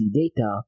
data